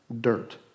Dirt